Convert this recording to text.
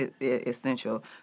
essential